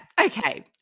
Okay